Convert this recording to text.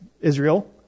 Israel